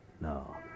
no